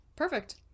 perfect